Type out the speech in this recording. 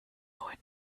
neuen